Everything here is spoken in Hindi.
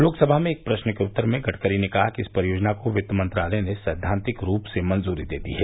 लोकसभा में एक प्रश्न के उत्तर में गडकरी ने कहा कि इस परियोजना को वित्तमंत्रालय ने सैद्वान्तिक रूप से मंजूरी दे दी है